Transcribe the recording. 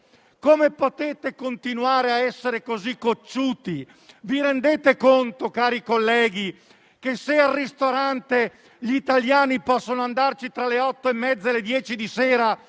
Come potete continuare a essere così cocciuti? Vi rendete conto, cari colleghi, che se al ristorante gli italiani possono andarci tra le ore 20,30 e 22 ci sarà